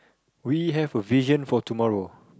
we have a vision for tomorrow